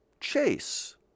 chase